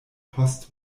post